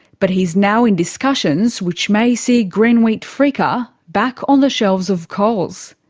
but he's now in discussions which may see greenwheat freekeh back on the shelves of coles.